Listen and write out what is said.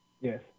Yes